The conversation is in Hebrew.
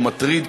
שהוא מטריד,